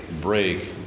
break